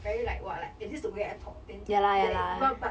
very like what like this is the way I talk then there you are but